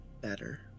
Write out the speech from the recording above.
better